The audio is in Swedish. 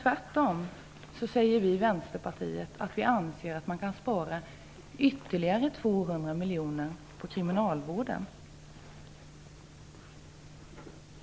Vi i Vänsterpartiet anser tvärtom att man kan spara ytterligare 200 miljoner kronor på kriminalvården.